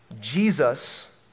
Jesus